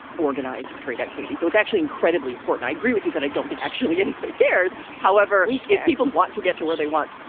organized trade activity. so it's actually incredibly important. i agree with you that i don't think actually anybody cares. however, we can't. people want to get to where they want.